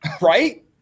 right